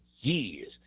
years